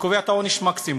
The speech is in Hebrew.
שקובע את עונש המקסימום.